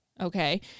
okay